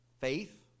Faith